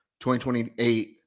2028